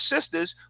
sisters